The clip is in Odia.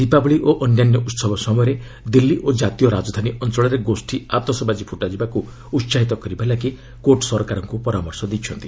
ଦୀପାବଳୀ ଓ ଅନ୍ୟାନ୍ୟ ଉତ୍ସବ ସମୟରେ ଦିଲ୍ଲୀ ଓ କାତୀୟ ରାଜଧାନୀ ଅଞ୍ଚଳରେ ଗୋଷୀ ଆତସବାଜି ଫୁଟାଯିବାକୁ ଉତ୍ସାହିତ କରିବା ଲାଗି କୋର୍ଟ ସରକାରଙ୍କୁ ପରାମର୍ଶ ଦେଇଛନ୍ତି